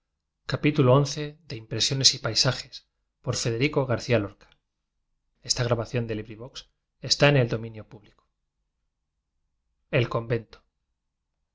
niño en el convento